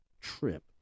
trip